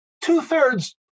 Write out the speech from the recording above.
two-thirds